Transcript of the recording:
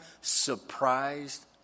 surprised